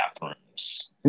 bathrooms